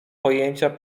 pojęcia